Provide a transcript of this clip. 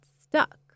stuck